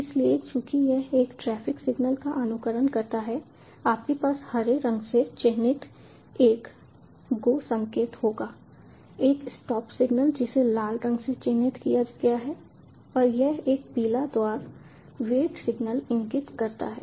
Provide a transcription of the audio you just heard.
इसलिए चूंकि यह एक ट्रैफिक सिग्नल का अनुकरण करता है आपके पास हरे रंग से चिह्नित एक गो संकेत होगा एक स्टॉप सिग्नल जिसे लाल रंग से चिह्नित किया गया है और एक पीला द्वारा वेट सिग्नल इंगित है